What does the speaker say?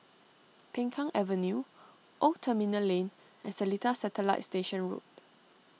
Peng Kang Avenue Old Terminal Lane and Seletar Satellite E Station Road